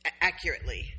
accurately